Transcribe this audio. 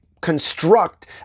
construct